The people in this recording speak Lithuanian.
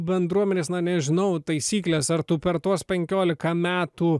bendruomenės na nežinau taisyklės ar tu per tuos penkiolika metų